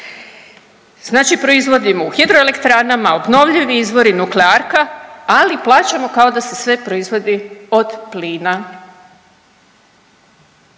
Znači proizvodimo u hidroelektranama obnovljivi izvor i nuklearka, ali plaćamo kao da se sve proizvodi od plina.